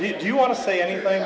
did you want to say anything